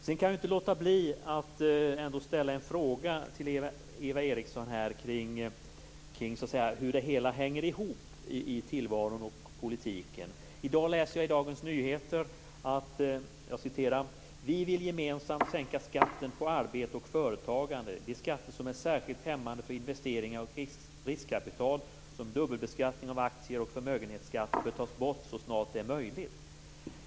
Jag kan vidare inte låta bli att ställa en fråga till Eva Eriksson om hur det hänger ihop i tillvaron och politiken. Jag läser i Dagens Nyheter i dag: "Vi vill gemensamt sänka skatten på arbete och företagande. De skatter som är särskilt hämmande för investeringar och riskkapital, som dubbelbeskattning av aktier och förmögenhetsskatt bör tas bort så snart det är möjligt."